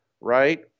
right